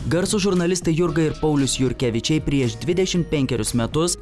garsūs žurnalistai jurga ir paulius jurkevičiai prieš dvidešimt penkerius metus